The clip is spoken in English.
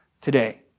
today